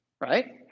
Right